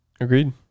Agreed